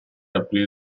aprì